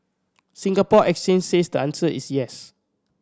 Singapore Exchange says the answer is yes